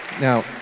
now